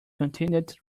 continued